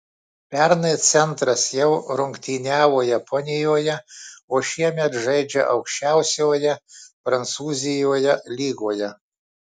pernai centras jau rungtyniavo japonijoje o šiemet žaidžia aukščiausioje prancūzijoje lygoje